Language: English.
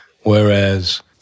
Whereas